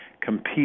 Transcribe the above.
compete